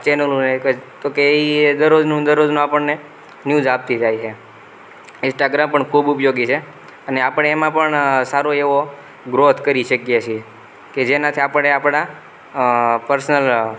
ચેનલોને એક જ તો કહે એ દરરોજનું દરરોજનું આપણને ન્યૂઝ આપતી થાય છે ઇસ્ટાગ્રામ પણ ખૂબ ઉપયોગી છે અને આપણે એમાં પણ સારો એવો ગ્રોથ કરી શકીએ છીએ કે જેનાથી આપણે આપણા પર્સનલ